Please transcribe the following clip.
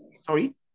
sorry